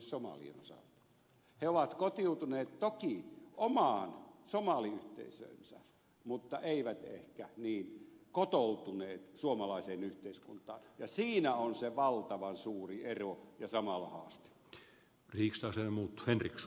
he ovat kotiutuneet toki omaan somaliyhteisöönsä mutta eivät ehkä niin kotoutuneet suomalaiseen yhteiskuntaan ja siinä on se valtavan suuri ero ja samalla haaste